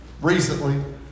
recently